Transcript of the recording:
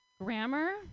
Grammar